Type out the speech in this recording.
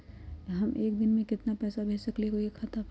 हम एक दिन में केतना पैसा भेज सकली ह कोई के खाता पर?